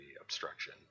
obstruction